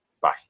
Bye